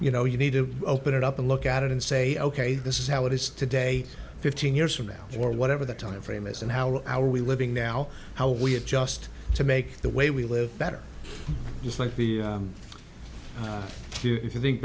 you know you need to open it up and look at it and say ok this is how it is today fifteen years from now or whatever the time frame is and how our we living now how we adjust to make the way we live better just like you if you think